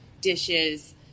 dishes